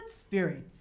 spirits